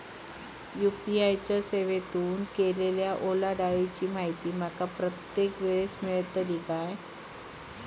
UPI च्या सेवेतून केलेल्या ओलांडाळीची माहिती माका प्रत्येक वेळेस मेलतळी काय?